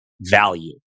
value